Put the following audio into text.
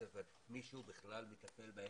מישהו בכלל מטפל בהם?